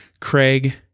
craig